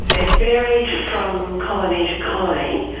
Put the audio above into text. it varied from colony to colony,